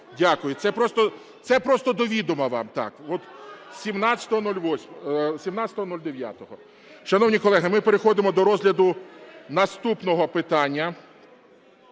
Дякую. Це просто до відома вам. От 17.09. Шановні колеги, ми переходимо до розгляду наступного питання,